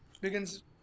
begins